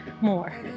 more